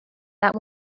that